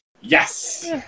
Yes